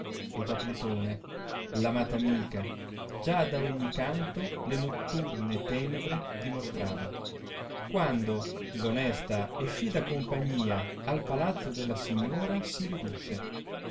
e da plutone l amata amica già da ogni canto le notturne tenebre dimostrava quando l onesta e fida compagnia al palazzo della signora si ridusse